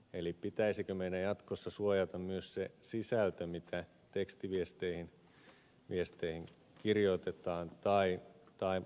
eli pitäisikö meidän jatkossa suojata myös se sisältö mitä tekstiviesteihin kirjoitetaan tai sähköposteihin